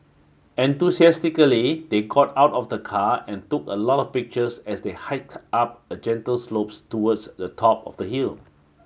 enthusiastically they got out of the car and took a lot of pictures as they hiked up a gentle slope towards the top of the hill